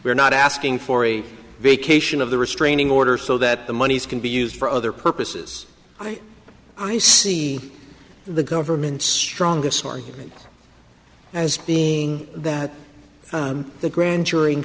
we're not asking for a vacation of the restraining order so that the monies can be used for other purposes i i see the government strongest argument as being that the grand jury